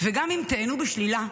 גם אם תיענו בשלילה,